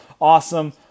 awesome